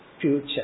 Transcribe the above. future